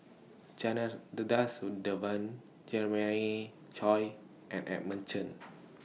Janadadas Devan Jeremiah Choy and Edmund Chen